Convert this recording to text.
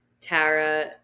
Tara